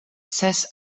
ses